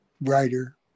writer